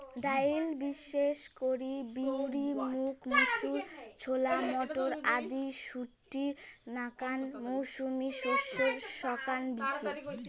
ডাইল বিশেষ করি বিউলি, মুগ, মুসুর, ছোলা, মটর আদি শুটির নাকান মৌসুমী শস্যের শুকান বীচি